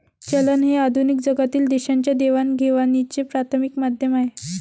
चलन हे आधुनिक जगातील देशांच्या देवाणघेवाणीचे प्राथमिक माध्यम आहे